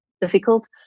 difficult